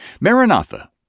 Maranatha